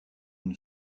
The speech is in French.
une